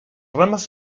ramas